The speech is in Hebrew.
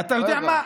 רגע.